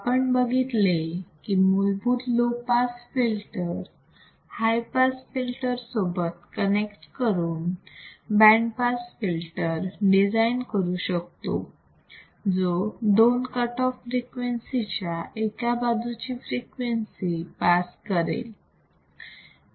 आपण बघितले की मूलभूत low pass filter high pass filter सोबत कनेक्ट करून बँड पास फिल्टर डिझाईन करू शकतो जो दोन कट ऑफ फ्रिक्वेन्सी च्या एका बाजूची फ्रिक्वेन्सी पास करेल